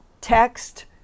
text